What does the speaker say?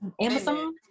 Amazon